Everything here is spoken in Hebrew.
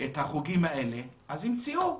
את החוגים האלה אז ימצאו.